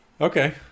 Okay